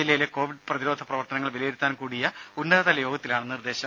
ജില്ലയിലെ കോവിഡ് പ്രതിരോധ പ്രവർത്തനങ്ങൾ വിലയിരുത്താൻ കൂടിയ ഉന്നതതല യോഗത്തിലാണ് നിർദേശം